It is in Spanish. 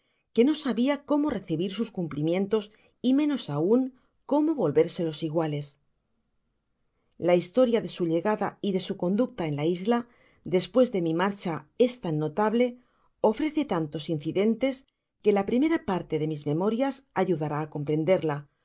que no sabia cómo recibir sus cumplimientos y menos aun como volvérselos iguales la historia de su llegada y de su conducta en la isla despues de mi marcha es tan notable ofrece tantos incidentes que la primera parte de mis memorias ayudará á comprenderla